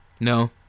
No